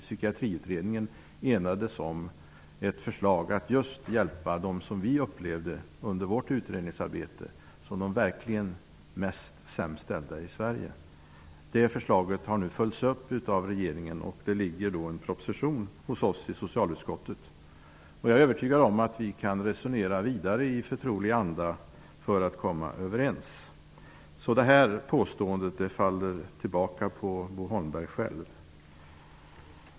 Psykiatriutredningen enats om ett förslag att just hjälpa dem som vi under vårt utredningsarbete upplevde som de allra sämst ställda i Sverige. Det förslaget har nu följts upp av regeringen, och det ligger en proposition för behandling hos socialutskottet. Jag är övertygad om att vi kan resonera vidare i förtrolig anda för att komma överens. Detta påstående faller tillbaka på Bo Holmberg själv.